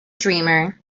dreamer